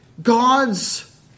God's